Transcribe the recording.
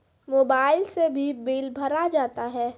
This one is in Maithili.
मोबाइल से भी बिल भरा जाता हैं?